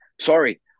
Sorry